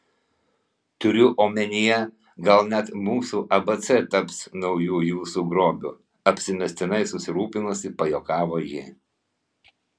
turiu omenyje gal net mūsų abc taps nauju jūsų grobiu apsimestinai susirūpinusi pajuokavo ji